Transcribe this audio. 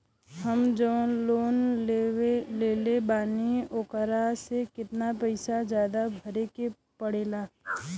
हम जवन लोन लेले बानी वोकरा से कितना पैसा ज्यादा भरे के पड़ेला?